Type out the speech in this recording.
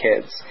kids